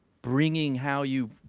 bringing how you,